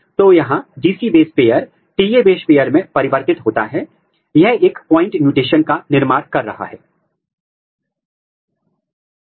तब हम उसको निकालने के लिए अच्छी तरह से वाशिंग करते हैं भले ही कुछ गैर संकरणित प्रोब हो